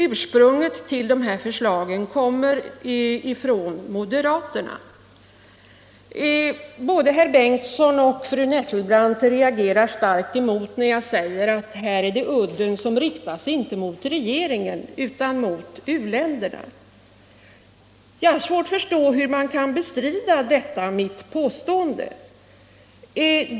Ursprunget till dessa förslag kommer från moderaterna. Både herr Bengtson och fru Nettelbrandt reagerar starkt när jag säger att här riktas udden inte mot regeringen utan mot u-länderna, och jag har svårt att förstå hur man kan bestrida det påståendet.